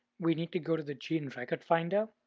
we need to go to the gene record finder,